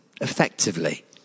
effectively